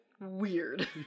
weird